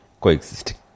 coexisting